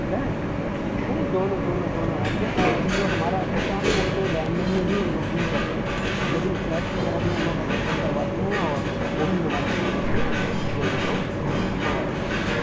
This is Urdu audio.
فلیٹ نہیں دونوں دونوں دونوں جو ہمارا اصل کام ہے وہ تو لینڈ میں ہی ہی ڈیل کرتے ہیں لیکن فلیٹ وغیرہ بھی ہم لوگ اویلیبل کرواتے ہیں اور وہ بھی مناسب قیمت پہ لوگوں کو پروائڈ کراتے ہیں